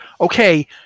okay